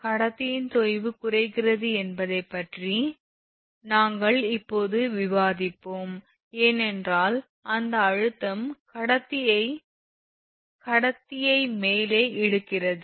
கடத்தியின் தொய்வு குறைகிறது என்பதைப் பற்றி நாங்கள் இப்போது விவாதித்தோம் ஏனென்றால் அந்த அழுத்தம் கடத்திய கடத்தியை மேலே இழுக்கிறது